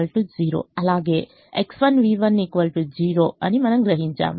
అలాగే X1V1 0 అని మనం గ్రహించాము